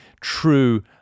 true